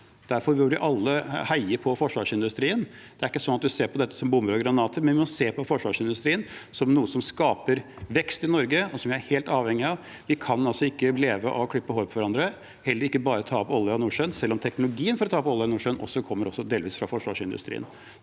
Derfor burde vi alle heie på forsvarsindustrien. Vi kan ikke se på dette som bomber og granater; vi må se på forsvarsindustrien som noe som skaper vekst i Norge, og som vi er helt avhengige av. Vi kan ikke leve av å klippe hverandres hår, heller ikke bare av å ta opp olje fra Nordsjøen, selv om teknologien for å ta opp olje fra Nordsjøen også delvis kommer fra forsvarsindustrien.